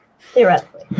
Theoretically